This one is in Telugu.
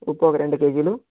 ఉప్పు ఒక రెండు కేజీలు